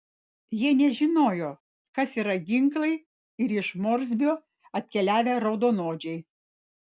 jie nežinojo kas yra ginklai ir iš morsbio atkeliavę raudonodžiai